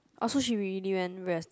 oh so she really went west